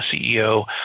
CEO